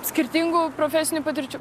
skirtingų profesinių patirčių